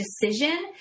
decision